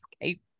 Escape